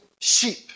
sheep